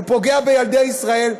הוא פוגע בילדי ישראל,